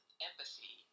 empathy